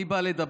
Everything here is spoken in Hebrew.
אני בא לדבר,